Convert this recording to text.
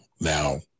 Now